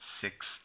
six